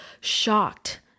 shocked